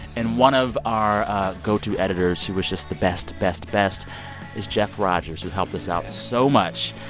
and one of our go-to editors, who is just the best, best, best is jeff rogers, who helped us out so much.